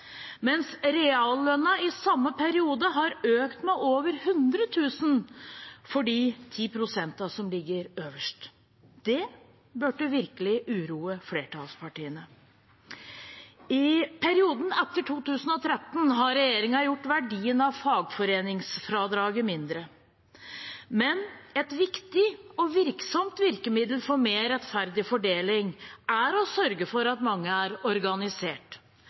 mens reallønnen i samme periode har økt med over 100 000 kr for de 10 pst. som ligger øverst. Det burde virkelig uroe flertallspartiene. I perioden etter 2013 har regjeringen gjort verdien av fagforeningsfradraget mindre. Men et viktig og virksomt virkemiddel for mer rettferdig fordeling er å sørge for at mange er organisert,